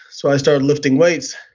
so i started lifting weight.